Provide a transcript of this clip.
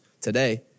today